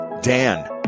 dan